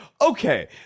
okay